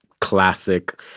classic